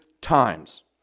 times